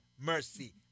mercy